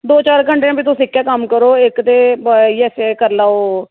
दो चार घैंटे फ्ही तुस इक्कै कम्म करो इक ते आई गेआ एह् करी लैओ